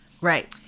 Right